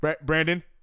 Brandon